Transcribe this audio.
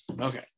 Okay